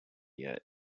yet